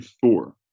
four